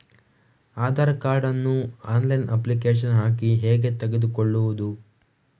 Aadhaar card ನ್ನು online application ಹಾಕಿ ಹೇಗೆ ತೆಗೆದುಕೊಳ್ಳುವುದು?